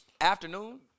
afternoon